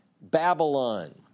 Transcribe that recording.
Babylon